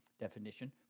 definition